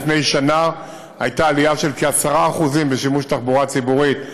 לפני שנה הייתה עלייה של כ-10% בשימוש בתחבורה הציבורית,